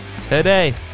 today